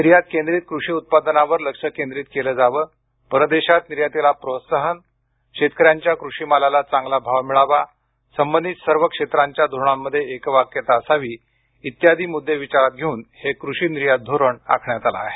निर्यात केंद्रित कृषी उत्पादनावर लक्ष केंद्रित केलं जावं परदेशात निर्यातीला प्रोत्साहन शेतकऱ्यांच्या कृषी मालाला चांगला भाव मिळावा संबंधित सर्व क्षेत्रांच्या धोरणांमध्ये एकवाक्यता असावी इत्यादी मुद्दे विचारात घेऊन हे कृषी निर्यात धोरण आखण्यात आलं आहे